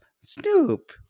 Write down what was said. Snoop